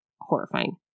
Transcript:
horrifying